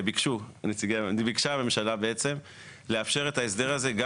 ביקשה הממשלה בעצם לאפשר את ההסדר הזה גם